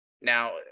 now